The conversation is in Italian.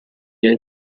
del